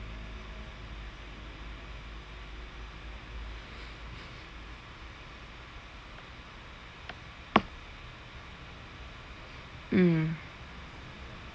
mm